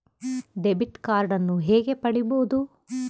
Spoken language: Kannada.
ಡೆಬಿಟ್ ಕಾರ್ಡನ್ನು ಹೇಗೆ ಪಡಿಬೋದು?